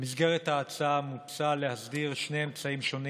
במסגרת ההצעה מוצע להסדיר שני אמצעים שונים